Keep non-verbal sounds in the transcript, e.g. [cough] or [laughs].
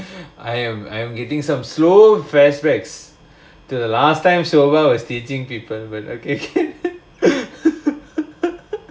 [laughs] I am I am getting some slow fast rakes the last time so well was teaching people but okay can